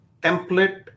template